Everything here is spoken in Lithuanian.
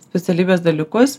specialybės dalykus